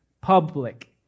public